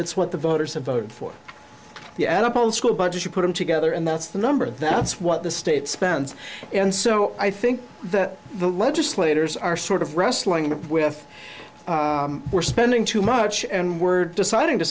it's what the voters have voted for the oedipal school budget you put them together and that's the number that's what the state spends and so i think that the legislators are sort of wrestling with we're spending too much and we're deciding to